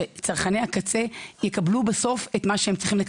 שצרכני הקצה יקבלו את מה שהם מקבלים,